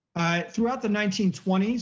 through out the nineteen twenty s,